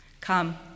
Come